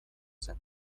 zen